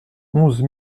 onze